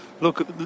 Look